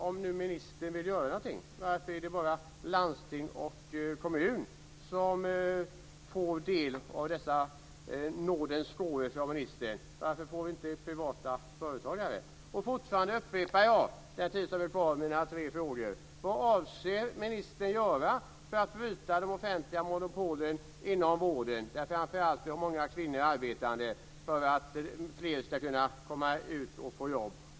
Om nu ministern vill göra någonting, varför är det bara landsting och kommuner som får del av dessa nådens gåvor från ministern och inte privata företagare? Jag upprepar mina tre frågor. Vad avser ministern göra för att bryta de offentliga monopolen inom vården, där framför allt kvinnor arbetar, för att fler ska få jobb?